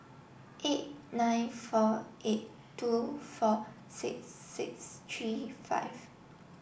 eight nine four eight two four six six three five